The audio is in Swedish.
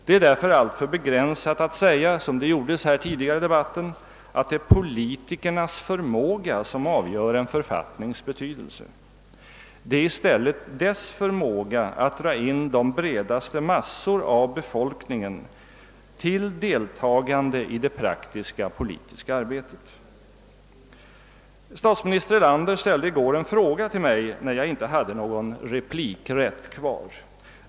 Det är därför alltför begränsat att säga, som gjorts tidigare i debatten, att det är politikernas förmåga som avgör en författnings betydelse; denna avgörs i stället av författningens förmåga att dra in breda massor av befolkningen till deltagande i det praktiska politiska arbetet. Statsminister Erlander ställde i går en fråga till mig, när jag inte hade någon replikrätt kvar.